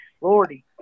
Lordy